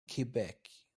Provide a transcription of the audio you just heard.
quebec